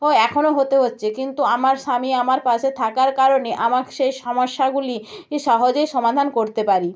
ও এখনও হতে হচ্ছে কিন্তু আমার স্বামী আমার পাশে থাকার কারণে আমার সেই সমস্যাগুলি ই সহজেই সমাধান করতে পারি